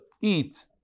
eat